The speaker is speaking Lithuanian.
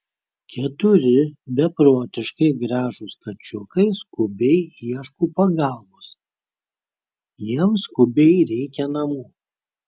keturi beprotiškai gražūs kačiukai skubiai ieško pagalbos jiems skubiai reikia namų